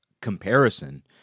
comparison